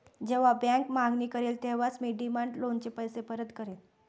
जेव्हा बँक मागणी करेल तेव्हाच मी डिमांड लोनचे पैसे परत करेन